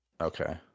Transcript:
Okay